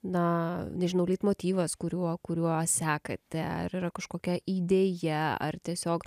na nežinau leitmotyvas kuriuo kuriuo sekate ar yra kažkokia idėja ar tiesiog